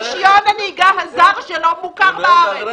תחבורה ציבורית עולה לנו הרבה מאוד כל יום וכל בוקר לבית הספר וחזרה,